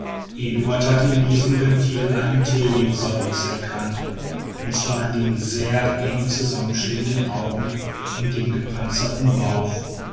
hatte in diesem reptil ein teleosaurus erkannt und zwar an den sehr eng zusammenstehenden augen und dem gepanzerten bauch